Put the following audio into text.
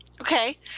Okay